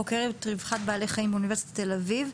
חוקרת רווחת בעלי חיים באוניברסיטת תל אביב.